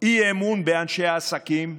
אי-אמון באנשי עסקים,